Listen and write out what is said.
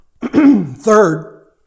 Third